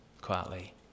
quietly